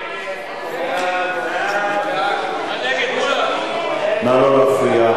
ההצעה להעביר את הצעת חוק שירות המדינה (גמלאות) (תיקון מס' 52),